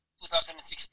2016